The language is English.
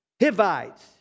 Hivites